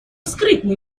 скрытной